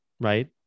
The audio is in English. right